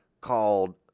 called